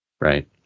right